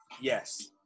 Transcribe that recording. Yes